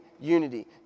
unity